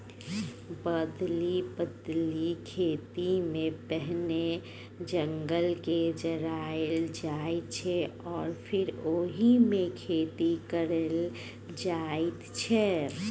बदलि बदलि खेतीमे पहिने जंगलकेँ जराएल जाइ छै आ फेर ओहिमे खेती कएल जाइत छै